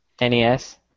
NES